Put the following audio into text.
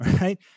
right